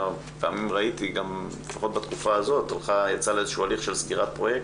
ראיתי שהממשלה יצאה להליך של סגירת פרויקטים.